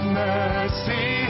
mercy